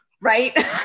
Right